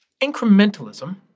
Incrementalism